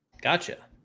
Gotcha